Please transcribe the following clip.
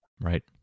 Right